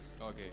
Okay